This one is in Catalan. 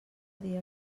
dia